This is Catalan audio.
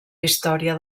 història